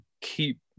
keep